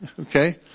Okay